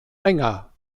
enger